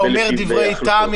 אתה אומר דברי טעם,